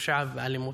בפשיעה ובאלימות.